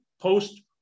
post